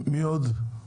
מי עוד?